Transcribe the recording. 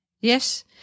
Yes